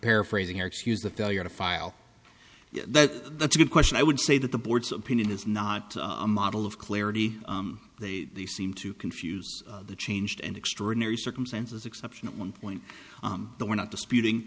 paraphrasing here excuse the failure to file that that's a good question i would say that the board's opinion is not a model of clarity they seem to confuse the changed and extraordinary circumstances exceptional one point that we're not disputing